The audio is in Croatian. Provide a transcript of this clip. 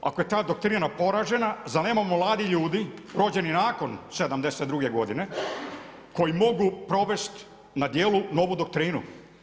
Ako je ta doktrina poražena, zar nema mladih ljudi rođeni nakon 72. godine koji mogu provesti na djelu novu doktrinu?